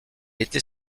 était